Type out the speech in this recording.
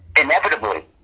inevitably